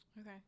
Okay